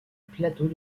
plateaux